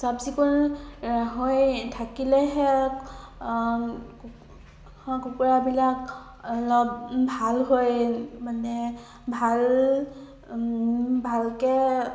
চাফ চিকুণ হৈ থাকিলেহে কুকুৰাবিলাক অলপ ভাল হৈ মানে ভাল ভালকে